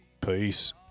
Peace